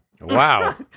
Wow